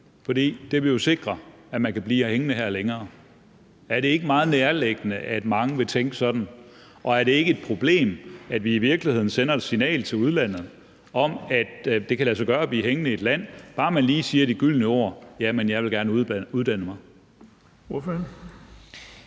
fordi det jo ville sikre, at man kunne blive hængende her længere? Er det ikke meget nærliggende, at mange vil tænke sådan, og er det ikke et problem, at vi i virkeligheden sender et signal til udlandet om, at det kan lade sig gøre at blive hængende i et land, bare man lige siger de gyldne ord: Jamen jeg vil gerne uddanne mig?